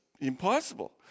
impossible